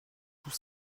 tout